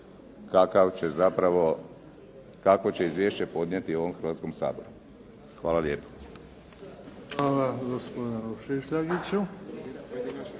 kakvo će izvješće podnijeti ovom Hrvatskom saboru. Hvala lijepo. **Bebić,